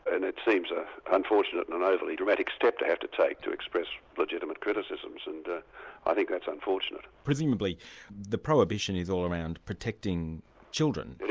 and it seems an ah unfortunate and and overly dramatic step to have to take to express legitimate criticisms, and i think that's unfortunate. presumably the prohibition is all around protecting children. it